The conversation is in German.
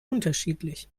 unterschiedlich